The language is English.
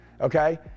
Okay